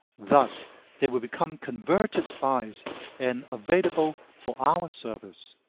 thus they will become converted spies and available for our service.